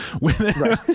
women